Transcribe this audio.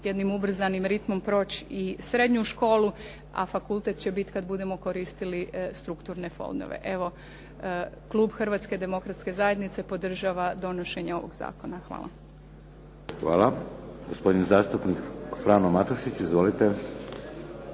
jednim ubrzanim ritmom proći i srednju školu a fakultet će biti kad budemo koristili strukturne fondove. Evo, klub Hrvatske demokratske zajednice podržava donošenje ovog zakona. Hvala. **Šeks, Vladimir (HDZ)** Hvala. Gospodin zastupnik Frano Matušić. Izvolite.